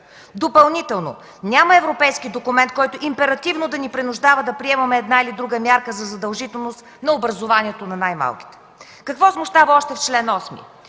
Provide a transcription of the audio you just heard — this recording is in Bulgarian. Допълнително няма европейски документ, който императивно да ни принуждава да приемаме една или друга мярка за задължителност на образованието на най-малките. Какво смущава още в чл. 8?